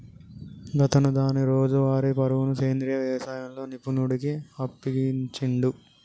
గాతను దాని రోజువారీ పరుగును సెంద్రీయ యవసాయంలో నిపుణుడికి అప్పగించిండు